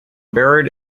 buried